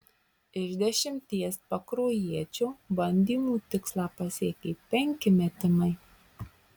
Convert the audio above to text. iš dešimties pakruojiečio bandymų tikslą pasiekė penki metimai